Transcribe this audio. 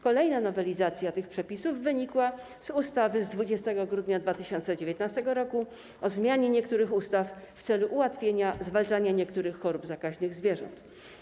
Kolejna nowelizacja tych przepisów wynikła z ustawy z 20 grudnia 2019 r. o zmianie niektórych ustaw w celu ułatwienia zwalczania niektórych chorób zakaźnych zwierząt.